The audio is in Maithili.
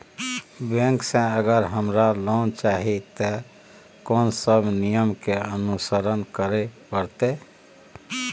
बैंक से अगर हमरा लोन चाही ते कोन सब नियम के अनुसरण करे परतै?